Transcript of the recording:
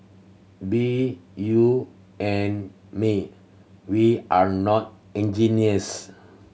be you and me we are not engineers